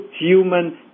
human